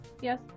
Yes